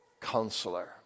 Counselor